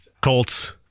Colts